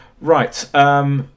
Right